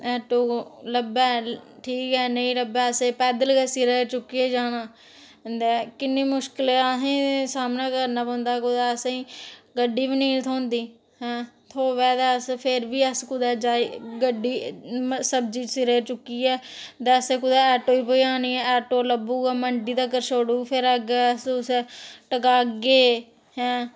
auto लब्भै ठीक ऐ नेईं लब्भै ते असें सिरै पर गै चुक्कियै जाना ते किन्नी मुश्कलें दा सामना करना पौंदा कुदै असें ई गड्डी बी नेईं थ्होंदी ऐं थ्होऐ ते फिर बी अस कुदै जाई सब्ज़ी सिरै पर चुक्कियै ते असें कुदै ऑटो च पजानी ते ऑटो लब्भग ते मंडी तगर छोड़ग फिर अस उसी कुदै टकागे